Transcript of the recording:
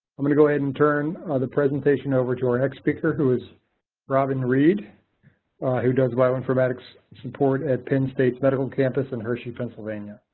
i'm going to go ahead and turn the presentation over to our next speaker who is robyn reed who does bioinformatics support at penn state's medical campus in hershey pennsylvania.